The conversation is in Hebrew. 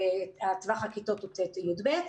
טווח הכיתות הוא ט'-י"ב.